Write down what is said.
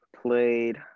played